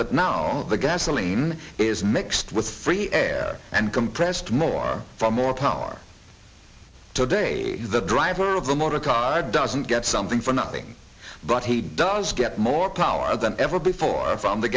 that now the gasoline is mixed with free air and compressed more from more power today the driver of the motor car doesn't get something for nothing but he does get more power than ever before